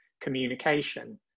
Communication